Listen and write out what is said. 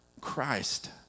Christ